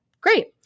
great